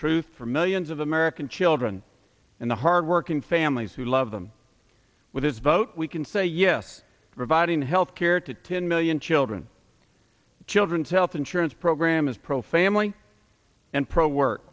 truth for millions of american children and the hardworking families who love them with this vote we can say yes providing health care to ten million children children's health insurance program is pro family and pro work